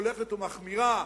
שהולכת ומחמירה,